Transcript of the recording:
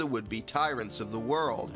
the would be tyrants of the world